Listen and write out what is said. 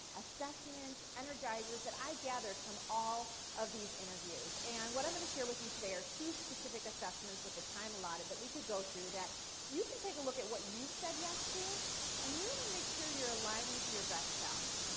assessments, energizers that i gathered from all of these interviews. and what i'm going to share with you today are two specific assessments with the time allotted that we could go through that you can take a look at what you said yes to and really make sure you're aligning to your best self,